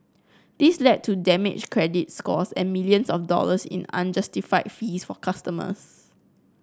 this led to damaged credit scores and millions of dollars in unjustified fees for customers